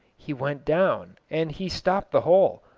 he went down, and he stopped the hole,